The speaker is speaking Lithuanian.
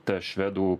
ta švedų